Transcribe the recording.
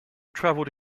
traveled